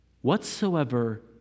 whatsoever